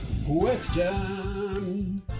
Question